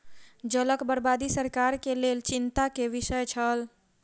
जलक बर्बादी सरकार के लेल चिंता के विषय छल